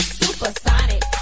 supersonic